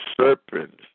serpents